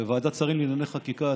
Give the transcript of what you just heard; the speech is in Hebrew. בוועדת שרים לענייני חקיקה,